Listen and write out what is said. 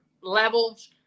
levels